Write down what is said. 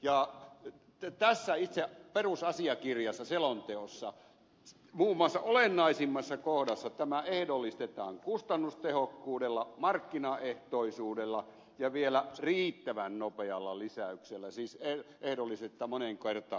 tässä itse perusasiakirjassa selonteossa muun muassa olennaisimmassa kohdassa tämä ehdollistetaan kustannustehokkuudella markkinaehtoisuudella ja vielä riittävän nopealla lisäyksellä siis ehdollistetaan moneen kertaan